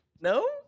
No